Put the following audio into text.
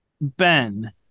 ben